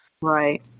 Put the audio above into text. Right